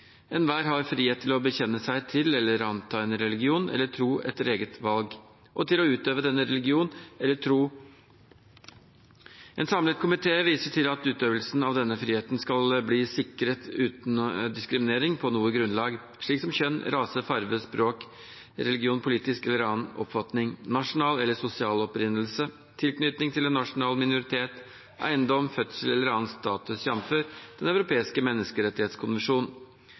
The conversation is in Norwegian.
Enhver har frihet til å bekjenne seg til eller anta en religion eller tro etter eget valg, og til å utøve denne religionen eller troen. En samlet komité viser til at utøvelsen av denne friheten skal bli sikret uten diskriminering på noe grunnlag, slik som kjønn, rase, farge, språk, religion, politisk eller annen oppfatning, nasjonal eller sosial opprinnelse, tilknytning til en nasjonal minoritet, eiendom, fødsel eller annen status, jf. Den europeiske